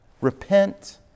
Repent